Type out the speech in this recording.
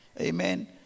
Amen